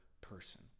person